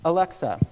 Alexa